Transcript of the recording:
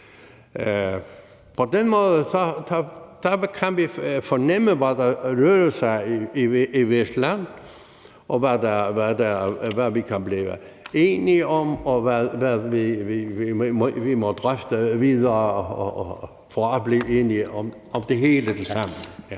På den måde kan vi fornemme, hvad der rører sig i hvert land, og hvad vi kan blive enige om, og hvad vi må drøfte videre for at blive enige om det hele tilsammen.